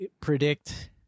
predict